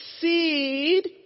seed